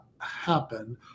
happen